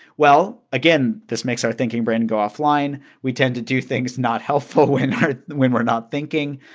well, again, this makes our thinking brain go offline. we tend to do things not helpful when our when we're not thinking.